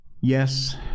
Yes